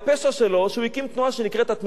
שהוא הקים תנועה שנקראת "התנועה לכינון המקדש".